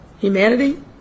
humanity